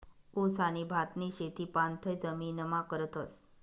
ऊस आणि भातनी शेती पाणथय जमीनमा करतस